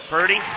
Purdy